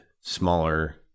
smaller